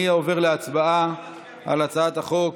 אני עובר להצבעה על הצעת חוק